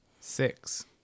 Six